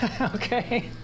okay